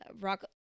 Rock